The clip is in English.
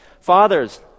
Fathers